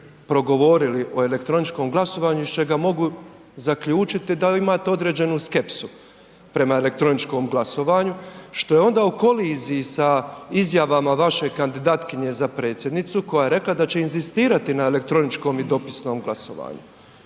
progovorili o elektroničkom glasovanju iz čega mogu zaključiti da imate određenu skepsu prema elektroničkom glasovanju što je onda u koliziji sa izjavama vaše kandidatkinje za predsjednicu koja je rekla da će inzistirati na elektroničkom i dopisnom glasovanju